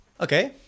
Okay